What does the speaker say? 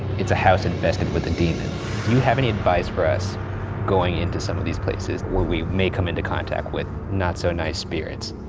it's a house infested with a demon. do you have any advice for us going into some of these places where we may come into contact with not so nice spirits?